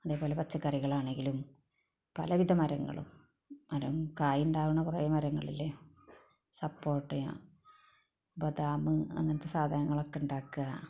അതേപോലെ പച്ചക്കറികളാണേങ്കിലും പലവിധ മരങ്ങളും മരം കായ് ഉണ്ടാകുന്ന കുറെ മരങ്ങളില്ലേ സപ്പോട്ടെയോ ബദാമ് അങ്ങനത്തെ സാധനങ്ങൾ ഒക്കെ ഉണ്ടാക്കുക